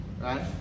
Right